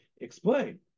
explain